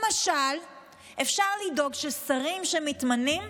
למשל אפשר לדאוג ששרים שמתמנים,